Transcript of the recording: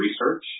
research